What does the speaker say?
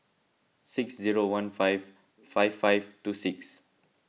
six zero one five five five two six